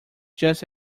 just